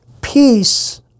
Peace